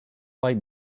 white